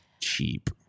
cheap